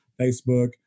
Facebook